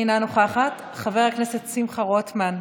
אינה נוכחת, חבר הכנסת שמחה רוטמן,